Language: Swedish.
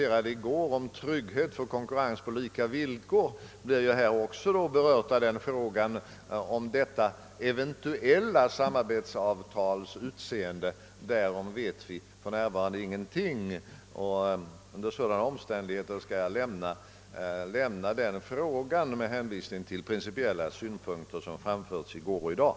Gårdagens problem om trygghet för konkurrens på lika villkor berörs också av spörsmålet om detta eventuella samarbetsavtals utseende, men därom vet vi för närvarande ingenting. Under sådana omständigheter skall jag lämna den frågan med hänvisning till de principiella synpunkter som framförts i går och i dag.